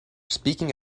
speaking